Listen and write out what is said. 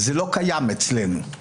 זה לא קיים אצלנו.